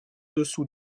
dessous